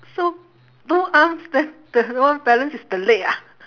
so two arms then the one balance is the leg ah